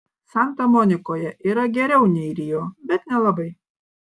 santa monikoje yra geriau nei rio bet nelabai